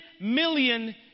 million